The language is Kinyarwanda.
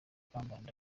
kambanda